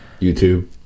YouTube